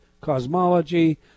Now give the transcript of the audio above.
cosmology